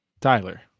Tyler